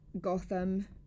Gotham